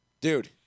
Dude